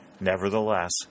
Nevertheless